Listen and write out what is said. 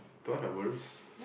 don't have worries